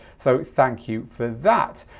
so thank you for that.